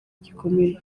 gikomeye